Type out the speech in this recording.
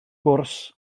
gwrs